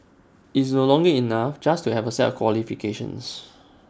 IT is no longer enough just to have A set of qualifications